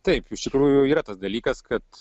taip iš tikrųjų yra tas dalykas kad